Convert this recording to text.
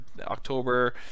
October